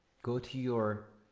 go to your